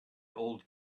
old